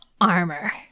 armor